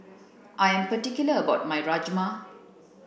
I am particular about my Rajma